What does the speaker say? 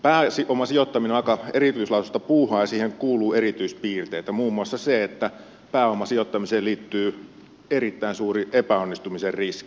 pääomasijoittaminen on aika erityislaatuista puuhaa ja siihen kuuluu erityispiirteitä muun muassa se että pääomasijoittamiseen liittyy erittäin suuri epäonnistumisen riski